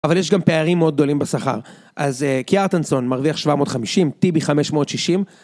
אבל יש גם פערים מאוד גדולים בשכר, אז קיארטנסון מרוויח 750, טיבי 560.